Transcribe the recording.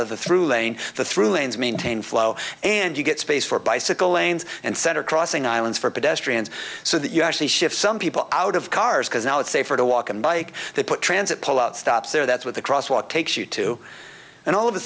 of the through lane the through lanes maintain flow and you get space for bicycle lanes and center crossing islands for pedestrians so that you actually shift some people out of cars because now it's safer to walk and bike they put transit pull out stops there that's what the crosswalk takes you to and all of a